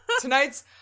Tonight's